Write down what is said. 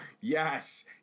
yes